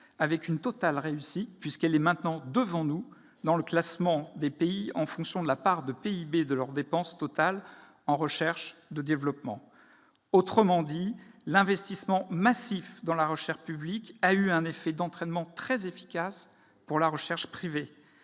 avec une éclatante réussite, puisqu'elle est devant nous dans le classement des pays affectant la plus grande part de leur PIB aux dépenses totales de recherche et développement. Autrement dit, l'investissement massif dans la recherche publique a eu un effet d'entraînement très efficace sur la recherche privée.